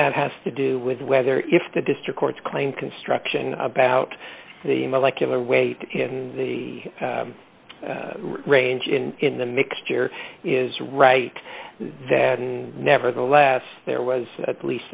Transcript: that has to do with whether if the district court's claim construction about the molecular weight in the range in in the mixture is right then nevertheless there was at least